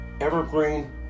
Evergreen